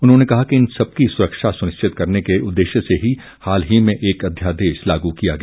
उन्होंने कहा कि इन सबकी सुरक्षा सुनिश्चित करने के उदेश्य से हाल ही में एक अध्यादेश लागू किया गया